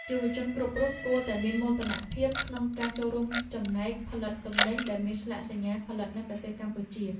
យុវជនគ្រប់រូបគួរតែមានមោទនភាពក្នុងការចូលរួមចំណែកផលិតទំនិញដែលមានស្លាកសញ្ញាផលិតនៅប្រទេសកម្ពុជា។